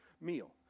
meal